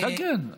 כן, כן.